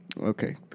Okay